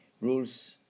rules